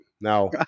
Now